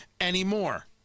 anymore